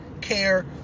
care